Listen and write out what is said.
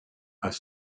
really